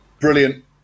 Brilliant